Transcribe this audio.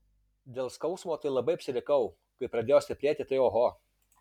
dėl skausmo tai labai apsirikau kai pradėjo stiprėti tai oho